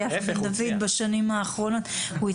להיפך, הוא הצליח.